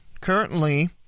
currently